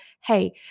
hey